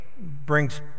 brings